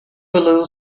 little